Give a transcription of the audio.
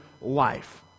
life